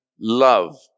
love